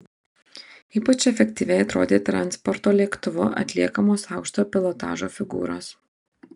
ypač efektyviai atrodė transporto lėktuvu atliekamos aukštojo pilotažo figūros